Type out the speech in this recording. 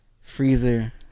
Freezer